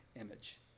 image